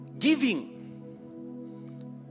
giving